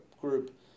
group